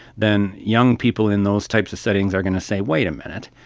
then young people in those types of settings are going to say, wait a minute,